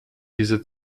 diese